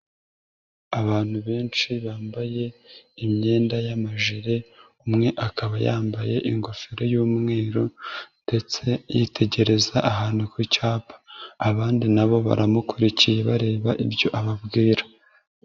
Abantu benshi bambaye imyenda y'amajire, umwe akaba yambaye ingofero y'umweru ndetse yitegereza ahantu ku cyapa. Abandi na bo baramukurikiye bareba ibyo ababwira.